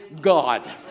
God